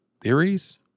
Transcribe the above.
theories